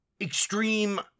extreme